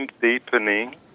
deepening